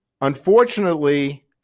unfortunately